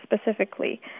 specifically